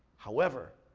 however,